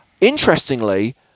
Interestingly